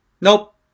nope